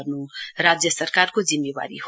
गर्नु राज्य सरकारको जिम्मेवारी हो